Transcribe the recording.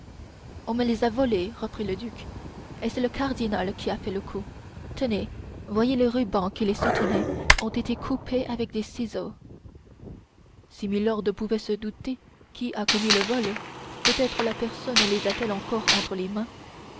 on me les a volés reprit le duc et c'est le cardinal qui a fait le coup tenez voyez les rubans qui les soutenaient ont été coupés avec des ciseaux si milord pouvait se douter qui a commis le vol peut-être la personne les a-t-elle encore entre les mains